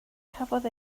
cafodd